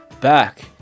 Back